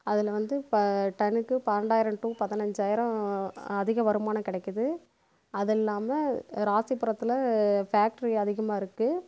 அதில் வந்து இப்போ டன்னுக்கு பன்னெண்டாயிரம் டு பதினஞ்சாயிரம் அதிக வருமானம் கிடைக்குது அதுவும் இல்லாமல் ராசிபுரத்தில் ஃபேக்ட்ரி அதிகமாக இருக்குது